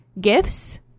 gifts